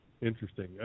Interesting